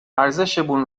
ارزشمون